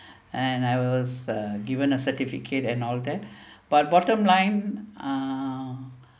and I was uh given a certificate and all that but bottom line uh